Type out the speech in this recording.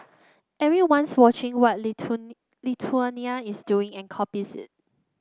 everyone's watching what Lithuania is doing and copies it